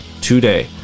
today